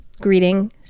greeting